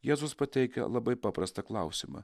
jėzus pateikia labai paprastą klausimą